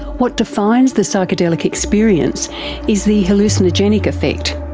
what defines the psychedelic experience is the hallucinogenic effect.